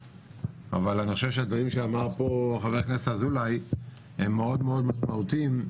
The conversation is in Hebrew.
אבל אני חושב שהדברים שאמר פה חבר הכנסת אזולאי מאוד-מאוד משמעותיים,